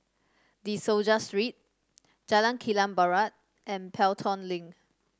De Souza Street Jalan Kilang Barat and Pelton Link